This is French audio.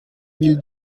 mille